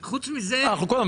בחוץ הסכימו לשנה ולא רק חצי שנה.